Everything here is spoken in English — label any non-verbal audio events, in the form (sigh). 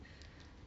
(breath)